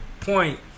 point